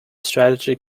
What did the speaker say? strategy